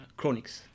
Chronics